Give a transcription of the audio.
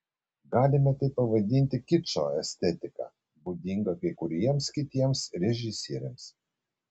galime tai pavadinti kičo estetika būdinga kai kuriems kitiems režisieriams